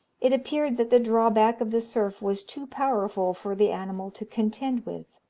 it appeared that the drawback of the surf was too powerful for the animal to contend with.